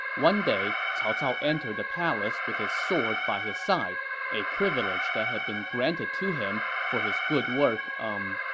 one day, cao cao entered the palace with his sword by his side a privilege that had been granted to him for his good work, umm,